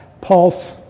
pulse